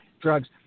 drugs